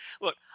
Look